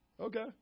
okay